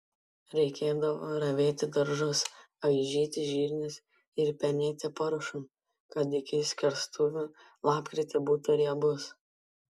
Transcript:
reikėdavo ravėti daržus aižyti žirnius ir penėti paršą kad iki skerstuvių lapkritį būtų riebus